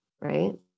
right